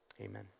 Amen